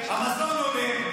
המזון עולה,